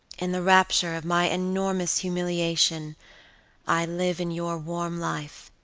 in the rapture of my enormous humiliation i live in your warm life,